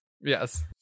Yes